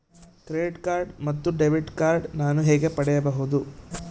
Credit card ಮತ್ತು debit card ನಾನು ಹೇಗೆ ಪಡೆಯಬಹುದು?